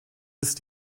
ist